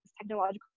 technological